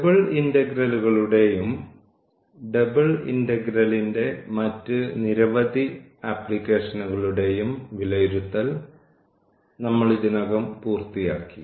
double ഇന്റഗ്രലുകളുടെയും double ഇന്റഗ്രലിന്റെ മറ്റ് നിരവധി ആപ്ലിക്കേഷനുകളുടെയും വിലയിരുത്തൽ നമ്മൾ ഇതിനകം പൂർത്തിയാക്കി